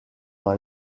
dans